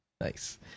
Nice